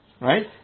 right